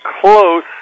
close